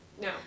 no